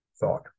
thought